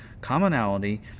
commonality